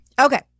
Okay